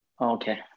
Okay